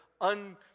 un-